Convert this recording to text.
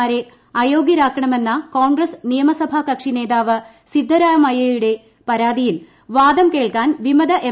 മാരെ അയോഗ്യരാക്കണമെന്ന കോൺഗ്രസ് നിയമസഭാ കക്ഷി നേതാവ് സിദ്ദരാമയ്യയുടെ പരാതിയിൽ വാദം കേൾക്കാൻ വിമത എം